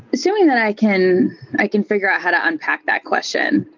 assuming that i can i can fi gure out how to unpack that question.